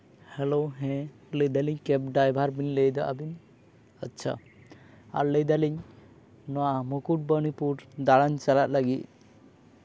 hello ᱦᱮᱸ ᱞᱟᱹᱭ ᱫᱟᱞᱤᱧ ᱠᱮᱹᱵ ᱰᱨᱟᱭᱵᱷᱟᱨ ᱵᱤᱱ ᱞᱟᱹᱭ ᱮᱫᱟ ᱟᱹᱵᱤᱱ ᱟᱪᱪᱷᱟ ᱟᱨ ᱞᱟᱹᱭ ᱫᱟᱞᱤᱧ ᱱᱚᱣᱟ ᱢᱩᱠᱩᱴᱢᱚᱱᱤᱯᱩᱨ ᱫᱟᱬᱟᱱ ᱪᱟᱞᱟᱜ ᱞᱟᱹᱜᱤᱫ